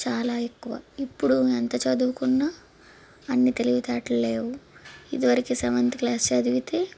చాలా ఎక్కువ ఇప్పుడు ఎంత చదువుకున్న అన్ని తెలివితేటలు లేవు ఇదివరకు సెవెంత్ క్లాస్ చదివితే